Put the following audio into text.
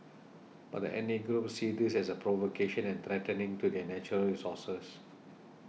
but the ethnic groups see this as provocation and threatening to their natural resources